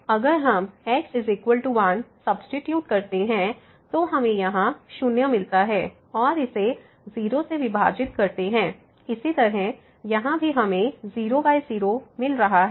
तो अगर हम x 1 सब्सीट्यूट करते हैं तो हमें यहाँ 0मिलता है और इसे 0 से विभाजित करते हैं इसी तरह यहाँ भी हमें 00 मिल रहा है